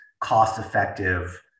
cost-effective